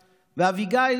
ולאביגיל,